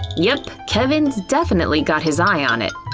yep, kevin's definitely got his eye on it.